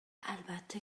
البته